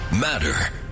matter